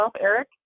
Eric